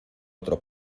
otro